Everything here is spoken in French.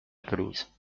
pelouse